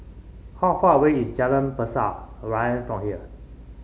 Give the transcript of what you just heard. how far away is Jalan Pasir Ria from here